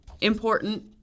important